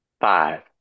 five